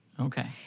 Okay